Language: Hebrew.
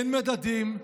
אין מדדים,